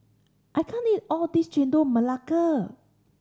I can't eat all of this Chendol Melaka